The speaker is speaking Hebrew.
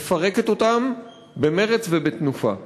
מפרקת אותם במרץ ובתנופה.